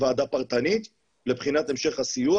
ועדה פרטנית לבחינת המשך הסיוע.